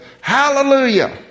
hallelujah